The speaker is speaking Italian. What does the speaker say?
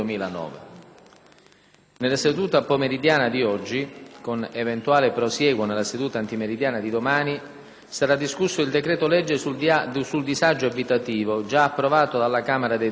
Nella seduta pomeridiana di oggi, con eventuale prosieguo nella seduta antimeridiana di domani, sarà discusso il decreto-legge sul disagio abitativo, già approvato dalla Camera dei deputati.